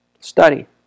Study